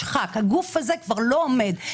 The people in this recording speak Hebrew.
הגוף הזה כבר שלא עומד.